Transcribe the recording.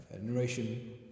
narration